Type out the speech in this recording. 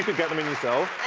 but get them in yourself.